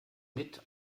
mit